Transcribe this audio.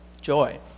Joy